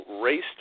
raced